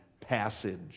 passage